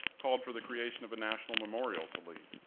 called for the creation of a national memorial to lee.